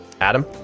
Adam